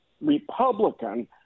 Republican